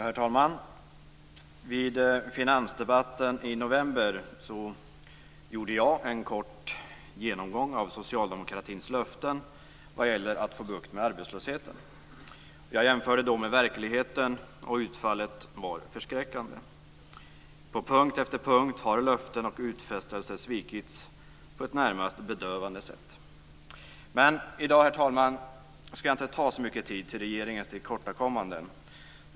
Herr talman! Vid finansdebatten i november gjorde jag en kort genomgång av Socialdemokraternas löften vad gäller att få bukt med arbetslösheten. Jag jämförde då med verkligheten, och utfallet var förskräckande. På punkt efter punkt har löften och utfästelser svikits på ett närmast bedövande sätt. Herr talman! I dag skall jag inte ta så mycket tid till att tala om regeringens tillkortakommanden.